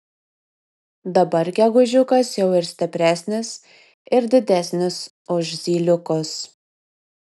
dabar gegužiukas jau ir stipresnis ir didesnis už zyliukus